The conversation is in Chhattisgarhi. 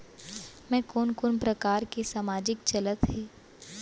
मैं कोन कोन प्रकार के सामाजिक चलत हे?